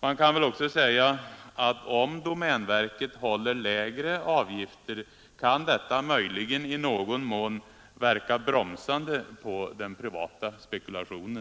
Man kan väl också säga, att om domänverket håller lägre avgifter kan detta möjligen i någon mån verka bromsande på den privata spekulationen.